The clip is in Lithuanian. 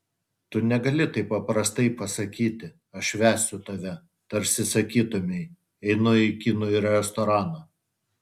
tu negali taip paprastai pasakyti aš vesiu tave tarsi sakytumei einu į kinų restoraną